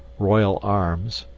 royal arms,